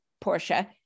Portia